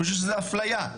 אני חושב שזאת אפליה,